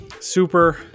super